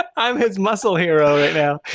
um i'm his muscle hero right now.